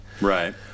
Right